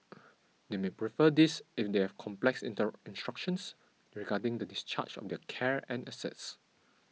they may prefer this if they have complex inter instructions regarding the discharge of their care and assets